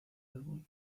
álbum